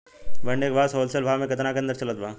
मंडी के भाव से होलसेल भाव मे केतना के अंतर चलत बा?